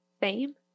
fame